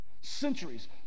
Centuries